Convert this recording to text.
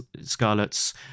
Scarlet's